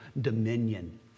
dominion